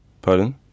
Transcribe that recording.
Pardon